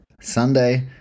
Sunday